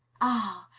ah!